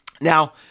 Now